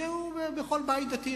שקיים בכל בית דתי,